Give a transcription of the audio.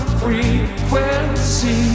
frequency